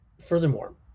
Furthermore